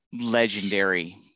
legendary